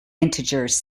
integers